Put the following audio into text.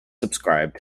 subscribe